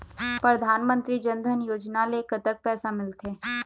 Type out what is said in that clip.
परधानमंतरी जन धन योजना ले कतक पैसा मिल थे?